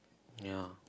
ya